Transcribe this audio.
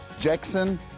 Jackson